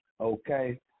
okay